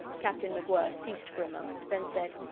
captain macwhirr ceased for a moment, then said,